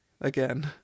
Again